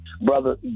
Brother